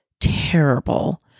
Terrible